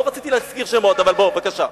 לא רציתי להזכיר שמות, אבל בוא, בבקשה.